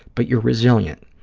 but you're resilient,